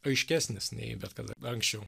aiškesnis nei bet kada anksčiau